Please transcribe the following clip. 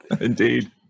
Indeed